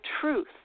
truth